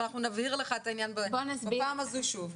אנחנו נבהיר לך את הענין בפעם הזו שוב.